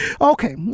Okay